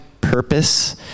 purpose